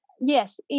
yes